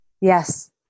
Yes